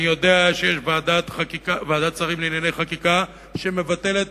אני יודע שיש ועדת שרים לענייני חקיקה שמבטלת